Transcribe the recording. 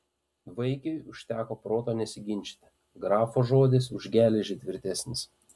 vaikiui užteko proto nesiginčyti grafo žodis už geležį tvirtesnis